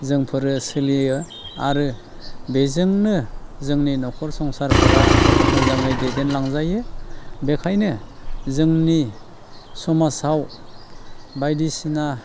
जोंफोरो सोलियो आरो बेजोंनो जोंनि न'खर संसारफोरा मोजाङै दैदेनलांजायो बेखायनो जोंनि समाजाव बायदिसिना